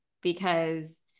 because-